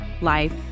life